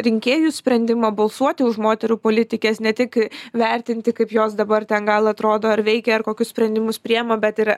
rinkėjų sprendimą balsuoti už moterų politikes ne tik vertinti kaip jos dabar ten gal atrodo ar veikia ar kokius sprendimus priema bet ir